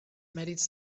mèrits